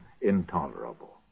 intolerable